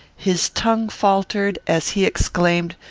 his tongue faltered as he exclaimed,